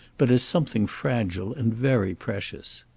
but as something fragile and very precious.